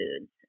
foods